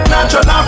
Natural